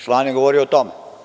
Član je govorio o tome.